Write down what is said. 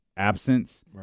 Absence